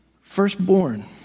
firstborn